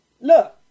look